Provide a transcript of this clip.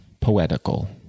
poetical